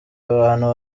abantu